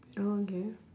oh okay